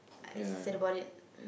I said about it